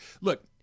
look